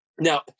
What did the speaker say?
Now